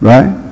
Right